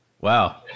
Wow